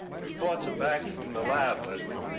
reports are back from the lab leslie